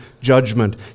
judgment